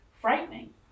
frightening